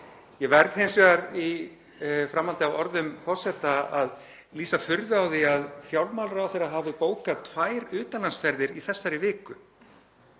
Ég verð hins vegar í framhaldi af orðum forseta að lýsa furðu á því að fjármálaráðherra hafi bókað tvær utanlandsferðir í þessari viku.